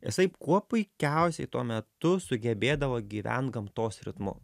isai kuo puikiausiai tuo metu sugebėdavo gyvent gamtos ritmu